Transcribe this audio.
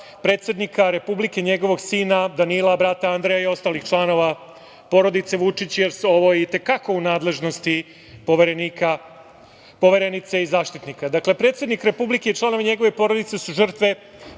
predsednika Republike, njegovog sina Danila, brata Andreja i ostalih članova porodice Vučić, jer ovo je i te kako u nadležnosti Poverenice i Zaštitnika. Dakle, predsednik Republike i članovi njegove porodice su žrtve